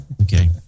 Okay